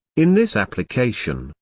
in this application,